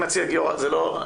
זה הדיון כבר.